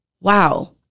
wow